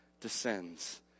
descends